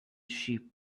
sheep